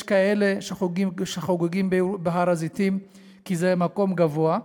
יש כאלה שחוגגים בהר-הזיתים, כי זה מקום גבוה,